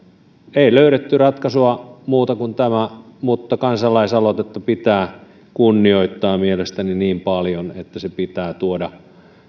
ei löydetty ratkaisua muuta kuin tämä mutta kansalaisaloitetta pitää kunnioittaa mielestäni niin paljon että se pitää tuoda